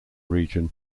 region